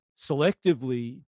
selectively